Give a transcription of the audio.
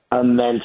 Immense